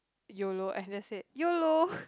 yolo and that's it yolo